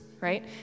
right